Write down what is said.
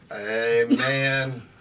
Amen